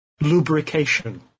lubrication